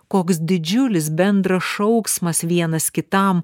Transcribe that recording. koks didžiulis bendras šauksmas vienas kitam